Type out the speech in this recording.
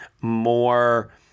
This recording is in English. more –